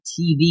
TV